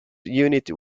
unit